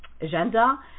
agenda